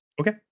Okay